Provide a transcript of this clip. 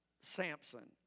Samson